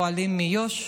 פועלים מאיו"ש